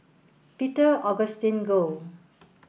Peter Augustine Goh